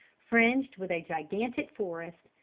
fringed with a gigantic forest,